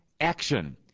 action